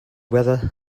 whether